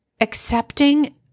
accepting